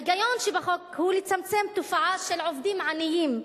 ההיגיון שבחוק הוא לצמצם את התופעה של עובדים עניים,